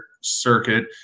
circuit